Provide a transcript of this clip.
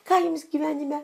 ką jums gyvenime